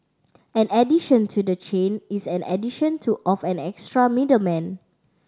an addition to the chain is an addition to of an extra middleman